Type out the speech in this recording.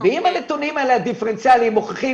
ואם הנתונים הדיפרנציאליים מוכיחים